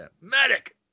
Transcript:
medic